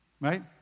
Right